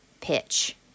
pitch